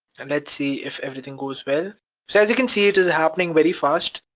and let's see if everything goes well. so as you can see, it is happening very fast.